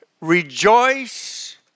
Rejoice